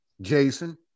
Jason